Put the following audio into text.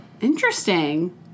Interesting